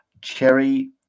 Cherry